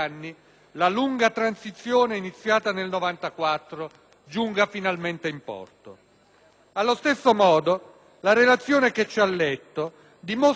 Allo stesso modo, la relazione che ci ha letto dimostra una volta di più, semmai ce ne fosse bisogno, che l'idea di una riforma della giustizia,